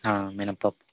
మినప్పప్పు